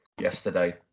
yesterday